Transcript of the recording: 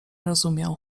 rozumiał